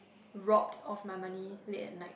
robbed off my money late at night